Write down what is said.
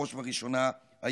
בראש ובראשונה היהודים.